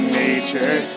nature